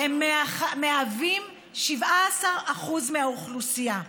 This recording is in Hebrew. הם 17% מהאוכלוסייה.